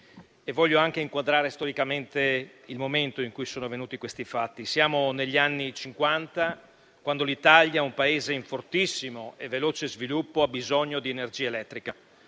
Voglio anche inquadrare storicamente il momento in cui sono avvenuti questi fatti: siamo negli anni Cinquanta, quando l'Italia, un Paese in fortissimo e veloce sviluppo, ha bisogno di energia elettrica.